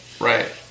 Right